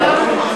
זה לא נכון?